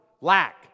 lack